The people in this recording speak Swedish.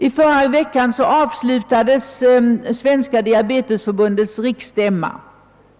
I förra veckan avslutades Svenska diabetesförbundets riksstämma.